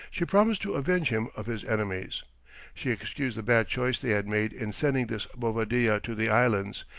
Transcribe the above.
she promised to avenge him of his enemies she excused the bad choice they had made in sending this bovadilla to the islands,